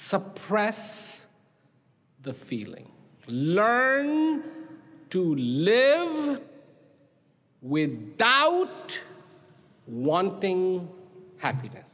suppress the feeling learn to live with out one thing happiness